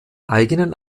eigenen